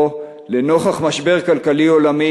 או: לנוכח משבר כלכלי עולמי,